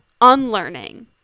unlearning